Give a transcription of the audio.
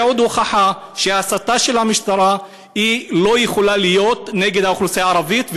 זו עוד הוכחה שההסתה של המשטרה לא יכולה להיות נגד האוכלוסייה הערבית,